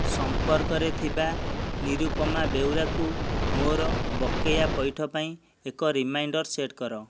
ସମ୍ପର୍କରେ ଥିବା ନିରୁପମା ବେଉରାକୁ ମୋର ବକେୟା ପଇଠ ପାଇଁ ଏକ ରିମାଇଣ୍ଡର୍ ସେଟ୍ କର